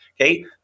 okay